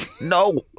No